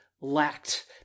lacked